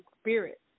spirit